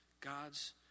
God's